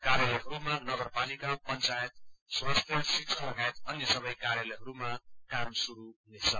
कार्यालहरूमा नगरपालिका पंचायत स्वास्थ्य शिक्षा लगायत अन्य सबै कार्यालहरूमा काम शुरू हुनेछ